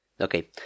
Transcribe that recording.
Okay